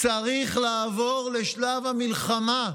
צריך לעבור לשלב המלחמה,